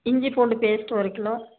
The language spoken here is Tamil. இஞ்சி பூண்டு பேஸ்ட்டு ஒரு கிலோ